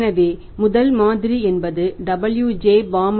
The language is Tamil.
எனவே முதல் மாதிரி என்பது W